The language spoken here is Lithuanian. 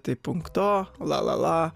tai punkto lalala